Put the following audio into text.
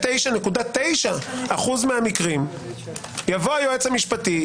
99.9% מהמקרים יבוא היועץ המשפטי,